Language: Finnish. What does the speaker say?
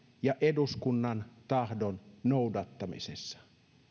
ja eduskunnan tahdon noudattamisessa